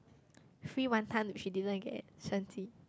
free wan-ton she didn't get one free